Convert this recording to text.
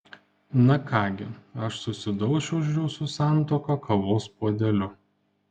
na ką gi aš susidaušiu už jūsų santuoką kavos puodeliu